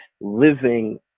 living